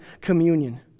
communion